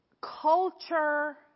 culture